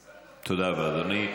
בסדר, תהיה